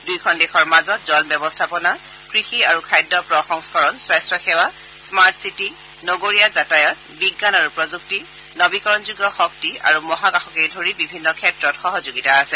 দুয়োদেশৰ মাজত জল ব্যৱস্থাপনা কৃষি আৰু খাদ্য প্ৰসংহ্ধৰণ স্বাস্থ্যসেৱা স্মাৰ্ট চিটী নগৰীয় যাতায়ত বিজ্ঞান আৰু প্ৰযুক্তি নবীকৰণযোগ্য শক্তি আৰু মহাকাশকে ধৰি বিভিন্ন ক্ষেত্ৰত সহযোগিতা আছে